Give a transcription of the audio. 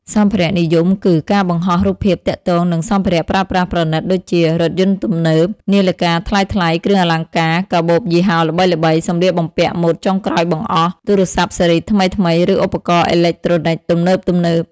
សម្ភារៈនិយមគឺ ការបង្ហោះរូបភាពទាក់ទងនឹងសម្ភារៈប្រើប្រាស់ប្រណីតដូចជារថយន្តទំនើប នាឡិកាថ្លៃៗ គ្រឿងអលង្ការ កាបូបយីហោល្បីៗ សម្លៀកបំពាក់ម៉ូដចុងក្រោយបង្អស់ ទូរស័ព្ទស៊េរីថ្មីៗ ឬឧបករណ៍អេឡិចត្រូនិចទំនើបៗ។